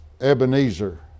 Ebenezer